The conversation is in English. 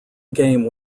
game